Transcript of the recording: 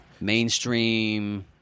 Mainstream